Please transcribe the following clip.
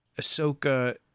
Ahsoka